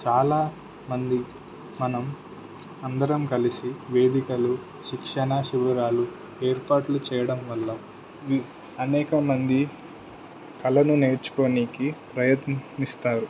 చాలా మంది మనం అందరం కలిసి వేదికలు శిక్షణ శిబిరాలు ఏర్పాట్లు చెయ్యడం వల్ల అనేకమంది కళలను నేర్చుకోడానికి ప్రయత్నిస్తారు